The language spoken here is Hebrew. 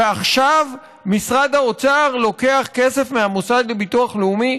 ועכשיו משרד האוצר לוקח כסף מהמוסד לביטוח לאומי,